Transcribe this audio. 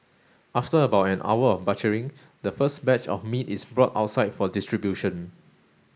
after about an hour of butchering the first batch of meat is brought outside for distribution